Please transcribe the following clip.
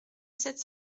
sept